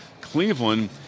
Cleveland